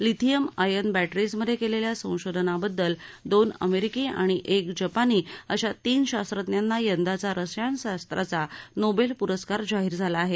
lithium ion batteries मध्ये केलेल्या संशोधनाबद्दल दोन अमेरिकी आणि एका जपानी अशा तीन शास्त्रज्ञांना यंदाचा रसायनशास्त्राचा नोबेल पुरस्कार जाहीर झाला आहे